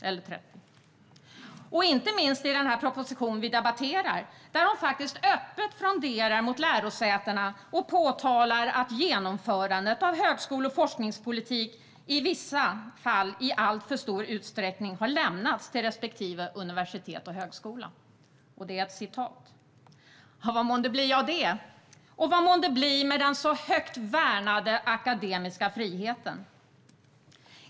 Jag tänker inte minst på den proposition vi debatterar, där regeringen öppet fronderar mot lärosätena och påtalar att "genomförandet av högskole och forskningspolitiken i vissa fall i alltför stor utsträckning lämnas till respektive universitet och högskola". Vad månde bliva av detta? Och vad månde bliva av den så högt värnade akademiska friheten?